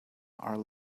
are